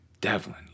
Devlin